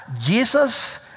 Jesus